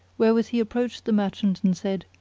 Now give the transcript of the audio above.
wherewith he approached the mer chant and said,